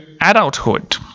adulthood